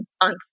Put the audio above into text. on